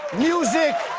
music,